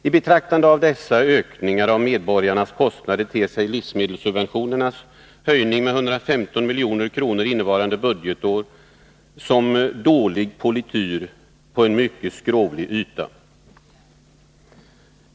I betraktande av dessa ökningar av medborgarnas kostnader ter sig livsmedelssubventionernas höjning med 115 milj.kr. innevarande budgetår såsom dålig polityr på en mycket skrovlig yta.